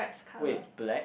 wait black